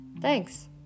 Thanks